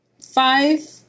five